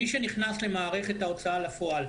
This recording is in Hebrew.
מי שנכנס למערכת ההוצאה לפועל,